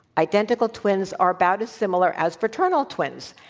identical twins are about as similar as fraternal twins,